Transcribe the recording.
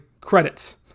credits